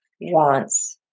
wants